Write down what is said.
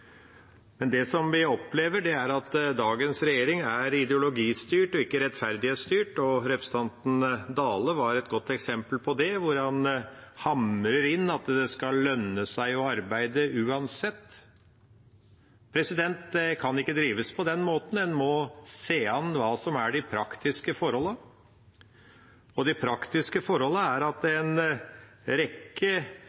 men det vi opplever, er at dagens regjering er ideologistyrt og ikke rettferdighetsstyrt. Representanten Dale var et godt eksempel på det: Han hamrer inn at det skal lønne seg å arbeide, uansett. Det kan ikke drives på den måten, en må se an hva som er de praktiske forholdene. Det praktiske forholdet er at